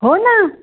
हो ना